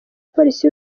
polisi